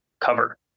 cover